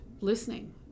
listening